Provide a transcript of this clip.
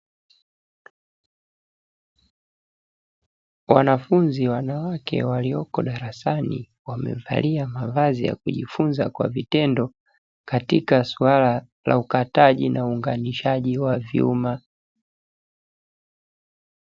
Wanafunzi wanawake walioko darasani wamevalia mavazi ya kujifunza kwa vitendo katika suala la ukataji na uunganishaji wa vyuma.